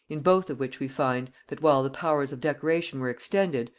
in both of which we find, that while the powers of decoration were extended,